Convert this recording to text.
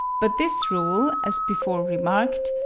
but this rule, as before remarked,